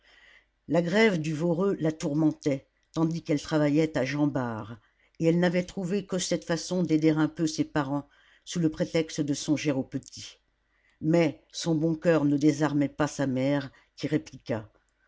la grève du voreux la tourmentait tandis qu'elle travaillait à jean bart et elle n'avait trouvé que cette façon d'aider un peu ses parents sous le prétexte de songer aux petits mais son bon coeur ne désarmait pas sa mère qui répliqua